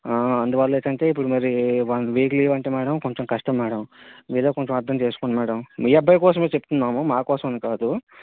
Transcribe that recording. ఆ అందువల్ల ఏంటంటే ఇప్పుడు మరీ వన్ వీక్ లీవ్ అంటే కొంచెం కష్టం మేడం మీరే కొంచెం అర్దం చేసుకోండి మేడం మీ అబ్బాయి కోసమే చెపుతున్నాము మా కోసం అని కాదు